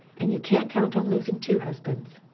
and you can't count on losing two husbands.